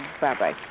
Bye-bye